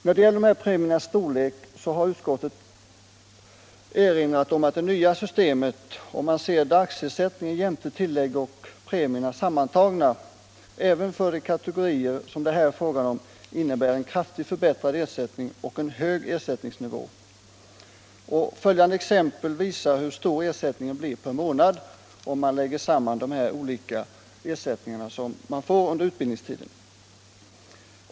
När det gäller premiernas storlek har utskottet erinrat om att det nya systemet, om man ser till dagsersättningen jämte tillägg och premierna tillsammans, även för de kategorier som det här är fråga om innebär en kraftigt förbättrad ersättning och en hög ersättningsnivå. Följande exempel visar hur stor ersättningen blir per månad, om man lägger samman de olika ersättningarna som utgår under utbildningstiden.